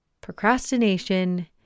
procrastination